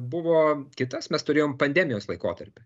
buvo kitas mes turėjom pandemijos laikotarpį